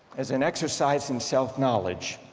as an exercise in self-knowledge,